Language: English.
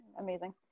Amazing